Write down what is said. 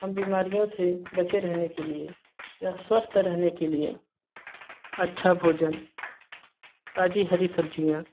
हम बीमारियों से बचे रहने के लिए या स्वस्थ रहने के लिए अच्छा भोजन ताज़ी हरी सब्जियाँ